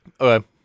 Okay